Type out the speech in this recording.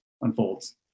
unfolds